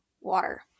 Water